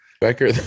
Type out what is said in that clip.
Becker